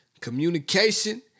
communication